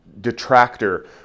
detractor